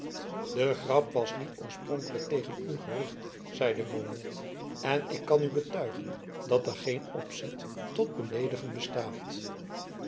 de grap was niet oorspronkelijk tegen u gericht zeide beaumont en ik kan u betuigen dat er geen opzet tot beleedigen bestaat